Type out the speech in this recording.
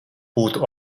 būtu